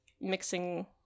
mixing